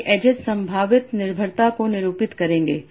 ये एड्जेस संभावित निर्भरता को निरूपित करेंगे